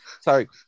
sorry